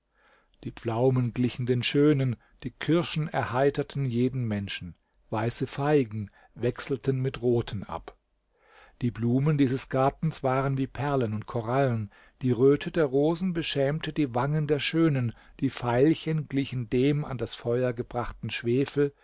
die pflaumen glichen den schönen die kirschen erheiterten jeden menschen weiße feigen wechselten mit roten ab die blumen dieses gartens waren wie perlen und korallen die röte der rosen beschämte die wangen der schönen die veilchen glichen dem an das feuer gebrachten schwefel